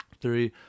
three